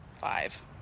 five